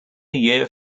year